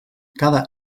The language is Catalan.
cada